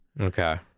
Okay